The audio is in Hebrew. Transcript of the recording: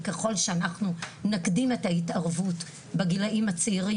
וככל שאנחנו נקדים את ההתערבות בגילאים הצעירים